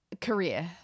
career